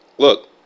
Look